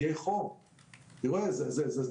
לפני חודשיים ארגון הבריאות העולמי הכריז שמשבר